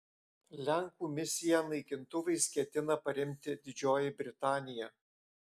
lenkų misiją naikintuvais ketina paremti didžioji britanija